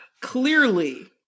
Clearly